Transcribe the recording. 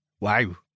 Wow